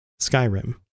Skyrim